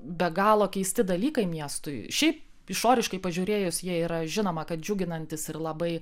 be galo keisti dalykai miestui šiaip išoriškai pažiūrėjus jie yra žinoma kad džiuginantys ir labai